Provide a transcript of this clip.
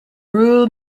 rule